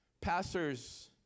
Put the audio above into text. pastors